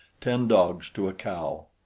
ten dogs to a cow.